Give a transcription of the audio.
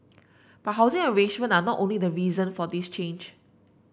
but housing arrangement are not the only reason for this change